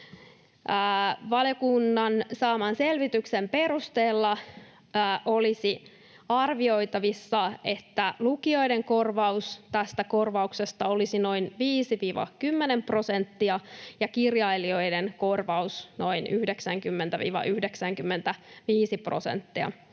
Valiokunnan saaman selvityksen perusteella olisi arvioitavissa, että lukijoiden osuus tästä korvauksesta olisi noin 5—10 prosenttia ja kirjailijoiden korvaus noin 90—95 prosenttia.